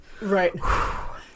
right